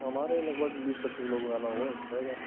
हमारे यहाँ लगभग बीस पच्चीस लोग का आना होगा वो रहेगा